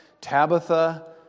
Tabitha